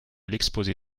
l’exposé